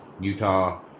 Utah